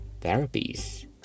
therapies